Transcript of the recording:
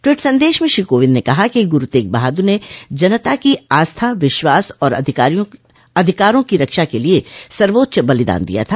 tweet संदेश में श्री कोविंद ने कहा कि गुरु तेग बहादुर ने जनता की आस्था विश्वास और अधिकारों की रक्षा के लिए सर्वोच्च बलिदान दिया था